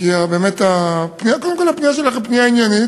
כי באמת, קודם כול, הפנייה שלך היא פנייה עניינית